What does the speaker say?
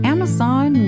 Amazon